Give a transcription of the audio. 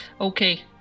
Okay